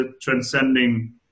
transcending